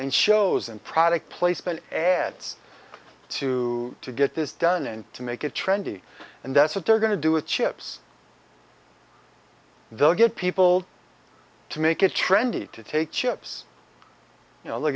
and shows and product placement ads to to get this done and to make it trendy and that's what they're going to do with chips they'll get people to make it trendy to take chips you know